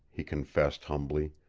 he confessed humbly.